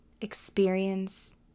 experience